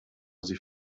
sie